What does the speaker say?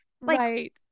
Right